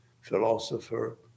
philosopher